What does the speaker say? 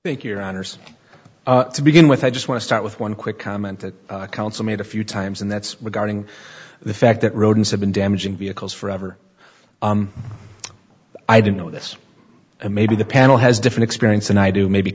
thank your honour's to begin with i just want to start with one quick comment that counsel made a few times and that's regarding the fact that rodents have been damaging vehicles forever i didn't know this maybe the panel has different experience than i do maybe